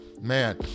man